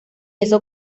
eso